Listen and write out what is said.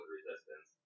resistance